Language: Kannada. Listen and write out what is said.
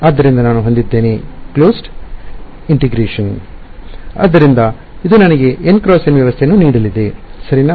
ಆದ್ದರಿಂದ ನಾನು ಹೊಂದಿದ್ದೇನೆ g2r r ′ ∇ϕ · nˆ dl 0 ಆದ್ದರಿಂದ ಇದು ನನಗೆ N × N ವ್ಯವಸ್ಥೆಯನ್ನು ನೀಡಲಿದೆ ಸರಿನಾ